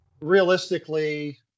realistically